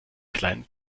kleinen